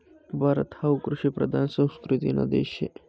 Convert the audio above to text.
भारत हावू कृषिप्रधान संस्कृतीना देश शे